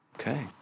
Okay